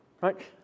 right